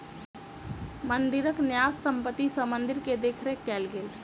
मंदिरक न्यास संपत्ति सॅ मंदिर के देख रेख कएल गेल